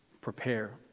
prepare